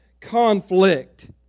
Conflict